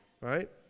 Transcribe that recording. right